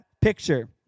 picture